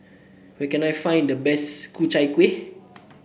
where can I find the best Ku Chai Kuih